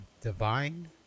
Divine